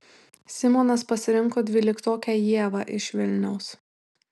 simonas pasirinko dvyliktokę ievą iš vilniaus